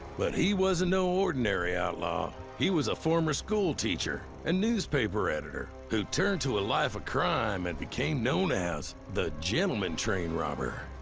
but he wasn't no ordinary outlaw. he was a former schoolteacher a newspaper editor who turned to a life of crime and became known as the gentleman train robber.